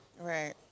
Right